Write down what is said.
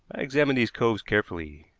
examined these coves carefully.